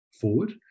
forward